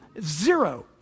zero